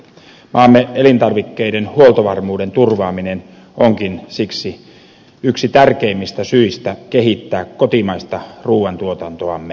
maamme elintarvikkeiden huoltovarmuuden turvaaminen onkin siksi yksi tärkeimmistä syistä kehittää kotimaista ruuantuotantoamme